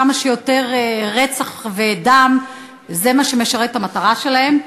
כמה שיותר רצח ודם זה מה שמשרת את המטרה שלהם.